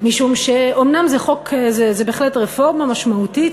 משום שאומנם זאת בהחלט רפורמה משמעותית,